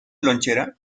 lonchera